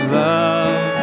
love